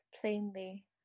plainly